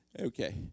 Okay